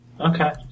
Okay